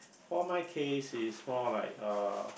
for my case is more like uh